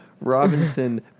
Robinson